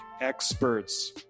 experts